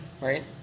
Right